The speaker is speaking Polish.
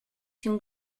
się